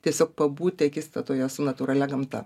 tiesiog pabūti akistatoje su natūralia gamta